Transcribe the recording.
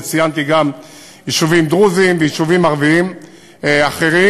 וציינתי גם יישובים דרוזיים ויישובים ערביים אחרים,